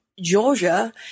Georgia